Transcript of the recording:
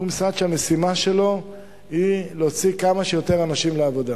הוא משרד שהמשימה שלו היא להוציא כמה שיותר אנשים לעבודה,